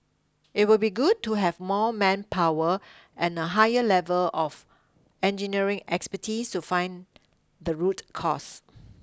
it would be good to have more manpower and a higher level of engineering expertise to find the root cause